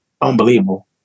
unbelievable